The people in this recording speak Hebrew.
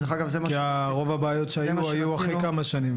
כי רוב הבעיות שהיו קרו אחרי כמה שנים,